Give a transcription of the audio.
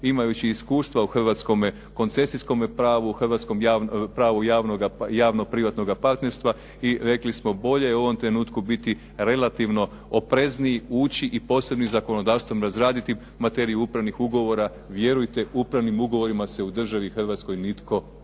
imajući iskustva u hrvatskome koncesijskome pravu, hrvatskom pravu javnoga privatnoga partnerstva. I rekli smo bolje je u ovom trenutku biti relativno oprezniji ući i posebnim zakonodavstvom razraditi materiju upravnih ugovora. Vjerujte upravnim ugovorima se u državi Hrvatskoj nitko